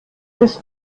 des